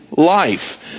life